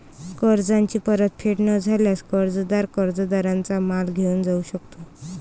कर्जाची परतफेड न झाल्यास, कर्जदार कर्जदाराचा माल घेऊन जाऊ शकतो